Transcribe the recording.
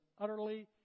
utterly